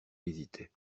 hésitait